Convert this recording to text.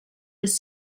was